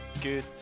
good